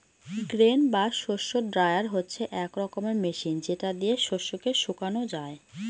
grain বা শস্য dryer হচ্ছে এক রকমের মেশিন যেটা দিয়ে শস্যকে শুকানো যায়